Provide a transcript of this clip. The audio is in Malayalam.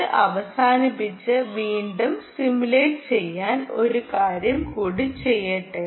ഇത് അവസാനിപ്പിച്ച് വീണ്ടും സിമുലേറ്റ് ചെയ്യാൻ ഒരു കാര്യം കൂടി ചെയ്യട്ടെ